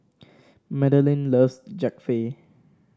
Madilynn loves Japchae